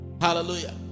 hallelujah